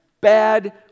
bad